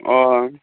ও